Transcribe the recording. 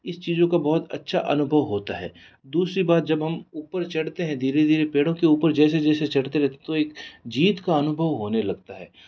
इस चीज़ों का बहुत अच्छा अनुभव होता है दूसरी बात जब हम ऊपर चढ़ते है धीरे धीरे पेड़ों के ऊपर जैसे जैसे चढ़ते रहते है तो एक जीत का अनुभव होने लगता है